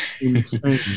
insane